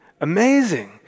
Amazing